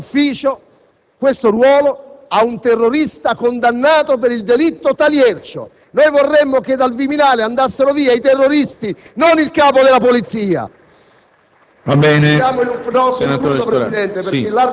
il ruolo di portaborse, di assistente del proprio ufficio ad un terrorista condannato per il delitto Taliercio. Vorremmo che dal Viminale andassero via i terroristi, non il Capo della Polizia!